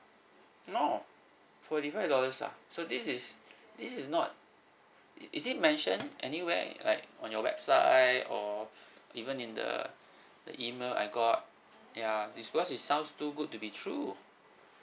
oh forty five dollars ah so this is this is not is is it mentioned anywhere like on your website or even in the the email I got ya this because it sounds too good to be true